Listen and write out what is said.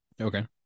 okay